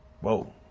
Whoa